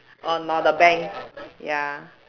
or nor the banks ya